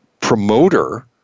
promoter